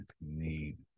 need